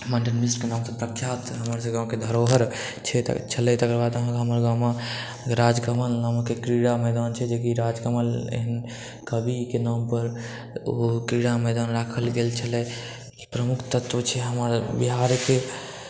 मंडन मिश्रके नामसँ प्रख्यात हमर सबके गाँवके धरोहर छलै तकर बाद अहाँकेॅं हमर गाँवमे राजकमल नामक क्रीडा मैदान छै जेकि राजकमल एहेन कविके नाम पर ओ क्रीडा मैदान राखल गेल छलै प्रमुख तत्व छै हमर बिहारके